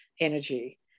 energy